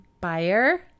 Buyer